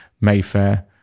Mayfair